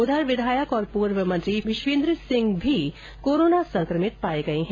उधर विधायक और पूर्व मंत्री विश्वेंद्र सिंह कोरोना संक्रमित हो गए हैं